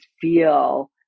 feel